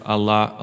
Allah